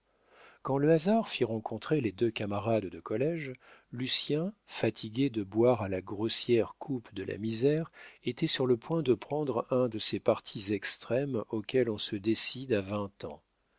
quand le hasard fit rencontrer les deux camarades de collége lucien fatigué de boire à la grossière coupe de la misère était sur le point de prendre un de ces partis extrêmes auxquels on se décide à vingt ans